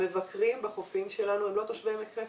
המבקרים בחופים שלנו הם לא תושבי עמק חפר.